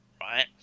right